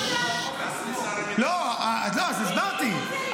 אז הסברתי,